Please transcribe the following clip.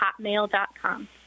hotmail.com